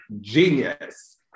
genius